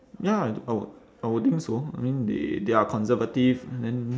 ya I would I would think so I mean they they are conservative and then